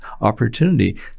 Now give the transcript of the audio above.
opportunity